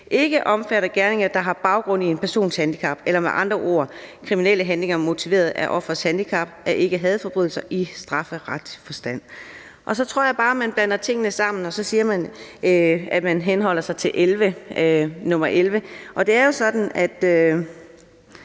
ikke omfatter gerninger, der har baggrund i en persons handicap. Eller med andre ord: Kriminelle handlinger motiveret af offerets handicap er ikke hadforbrydelser i strafferetslig forstand. Men jeg tror bare, at man blander tingene sammen, og så siger man, at man henholder sig til nr.